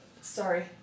sorry